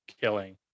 killing